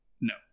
No